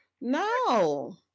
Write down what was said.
No